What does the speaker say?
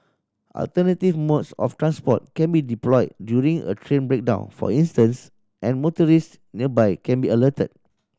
alternative modes of transport can be deployed during a train breakdown for instance and motorists nearby can be alerted